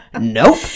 Nope